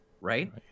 right